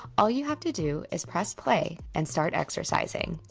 all you have to do is press play and start exercising